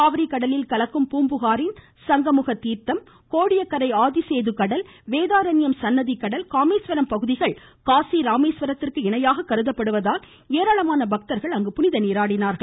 காவிரி கடலில் கலக்கும் பூம்புகாரின் சங்கமுக தீர்த்தம் கோடியக்கரை ஆதிசேது கடல் வேதாரண்யம் சன்னதிக்கடல் காமேஸ்வரம் பகுதிகள் காசி ராமேஸ்வரத்திற்கு இணையாக கருதப்படுவதால் ஏராளமான மக்கள் புனிதநீராடினார்கள்